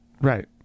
Right